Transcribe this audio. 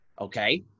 Okay